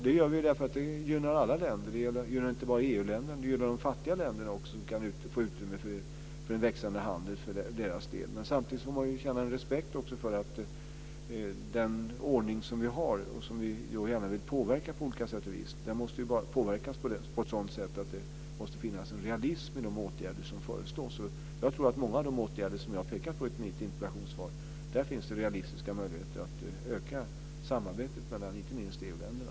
Det gör vi för att det gynnar alla länder. Det gynnar inte bara EU-länderna. Det gynnar de fattiga länderna också. De kan ge utrymme för växande handel för deras del. Samtidigt får man känna respekt för att den ordning som vi har, och som vi gärna vill påverka på olika sätt måste påverkas på ett sådant sätt att det finns en realism i de åtgärder som föreslås. Jag tror att med många av de åtgärder som jag har pekat på i mitt interpellationssvar finns realistiska möjligheter att öka samarbetet - inte minst mellan EU-länderna.